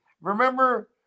remember